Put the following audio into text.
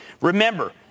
remember